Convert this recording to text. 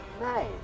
Nice